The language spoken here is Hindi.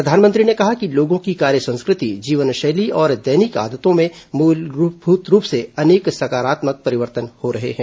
प्रधानमंत्री ने कहा कि लोगों की कार्य संस्कृति जीवन शैली और दैनिक आदतों में मूलभूत रूप से अनेक सकारात्मक परिवर्तन हो रहे हैं